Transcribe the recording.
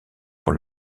pour